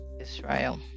Israel